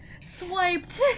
Swiped